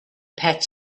pet